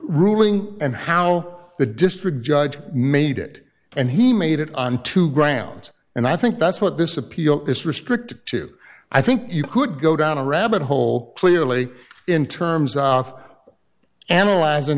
ruling and how the district judge made it and he made it on two grounds and i think that's what this appeal is restricted to i think you could go down a rabbit hole clearly in terms of